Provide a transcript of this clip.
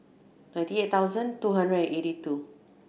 ninety eight thousand two hundred and eighty two